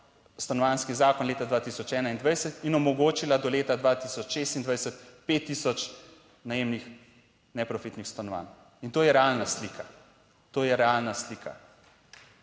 stanovanjski zakon leta 2021 in omogočila do leta 2026 5 tisoč najemnih neprofitnih stanovanj. In to je realna slika. To je realna slika.